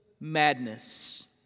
madness